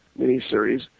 miniseries